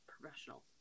professional